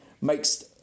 makes